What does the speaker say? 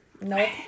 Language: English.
Nope